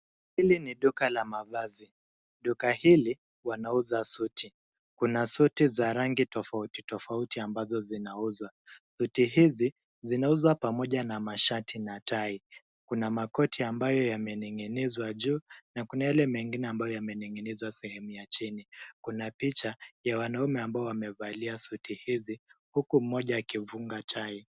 Hili ni duka la mavazi, duka hili wanauza suti. Kuna suti za rangi tofauti, tofauti ambazo zinauzwa. Suti hizi zinauzwa pamoja na mashati na tai. Kuna makoti ambayo yamening'nizwa juu na kuna yale mengine ambayo yamening'nizwa sehemu ya chini. Kuna picha ya wanaume ambao wamevalia suti hizi huku mmoja akimfunga tai.